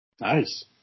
Nice